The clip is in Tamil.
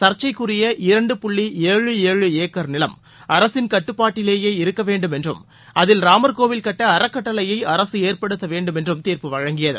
சர்ச்சைக்குரிய இரண்டு புள்ளி ஏழு ஏழு ஏக்கர் நிலம் அரசின் கட்டுப்பாட்டிலேயே இருக்க வேண்டும் என்றும் அதில் ராமர் கோவில் கட்ட அறக்கட்டளையை அரசு ஏற்படுத்த வேண்டுமென்றும் தீர்ப்பு வழங்கியது